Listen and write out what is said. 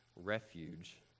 refuge